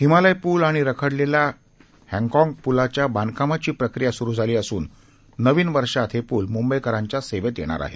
हिमालय पूल आणि रखडलेल्या हँकाँक पूलांच्या बांधकामाची प्रक्रिया सुरु झाली असून नवीन वर्षात मुंबईकरांच्या सेवेत येणार आहे